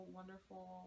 wonderful